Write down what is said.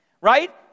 Right